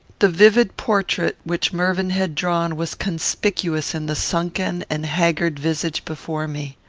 the vivid portrait which mervyn had drawn was conspicuous in the sunken and haggard visage before me.